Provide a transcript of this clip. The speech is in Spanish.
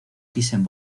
thyssen